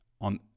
on